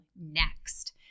next